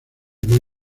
más